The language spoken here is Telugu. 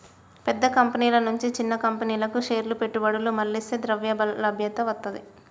పెద్ద కంపెనీల నుంచి చిన్న కంపెనీలకు షేర్ల పెట్టుబడులు మళ్లిస్తే ద్రవ్యలభ్యత వత్తది